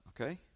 okay